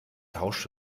tausch